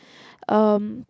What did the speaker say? um